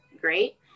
great